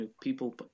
people